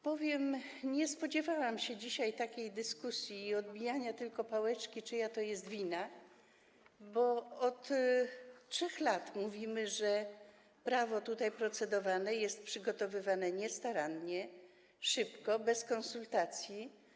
Powiem, że nie spodziewałam się dzisiaj takiej dyskusji i tylko odbijania piłeczki, czyja to jest wina, bo od 3 lat mówimy, że prawo tutaj procedowane jest przygotowywane niestarannie, szybko, bez konsultacji.